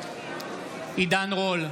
בעד עידן רול,